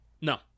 No